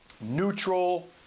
neutral